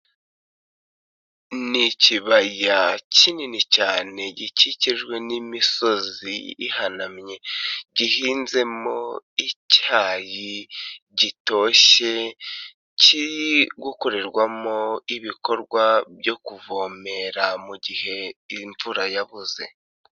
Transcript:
Ni ikibaya kinini cyane gikikijwe n'imisozi ihanamye gihinzemo icyayi gitoshye, kiri gukorerwamo ibikorwa byo kuvomera mu gihe imvura yabuze.